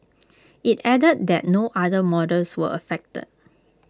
IT added that no other models were affected